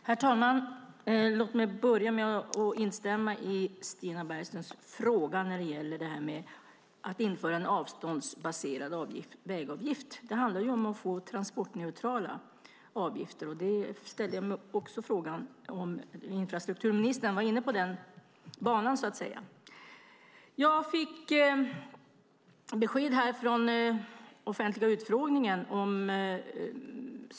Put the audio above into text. Herr talman! Låt mig börja med att instämma i Stina Bergströms fråga när det gäller att införa en avståndsbaserad vägavgift. Det handlar om att få transportneutrala avgifter. Jag ställde frågan om huruvida infrastrukturministern var inne på den banan. Jag fick ett besked på den offentliga utfrågningen.